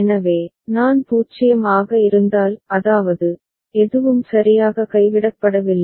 எனவே நான் 0 ஆக இருந்தால் அதாவது எதுவும் சரியாக கைவிடப்படவில்லை